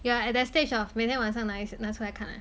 you are at that stage of 每天晚上拿出来看啊